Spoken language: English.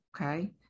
okay